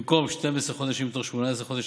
במקום 12 חודשים מתוך 18 חודשים,